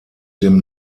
dem